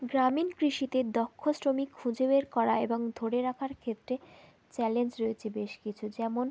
গ্রামীণ কৃষিতে দক্ষ শ্রমিক খুঁজে বের করা এবং ধরে রাখার ক্ষেত্রে চ্যালেঞ্জ রয়েছে বেশ কিছু যেমন